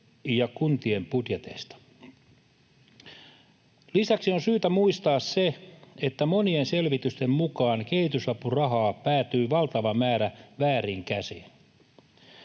ja kuntien budjeteista. Lisäksi on syytä muistaa se, että monien selvitysten mukaan kehitysapurahaa päätyy valtava määrä vääriin käsiin,